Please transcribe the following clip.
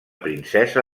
princesa